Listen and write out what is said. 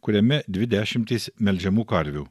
kuriame dvi dešimtys melžiamų karvių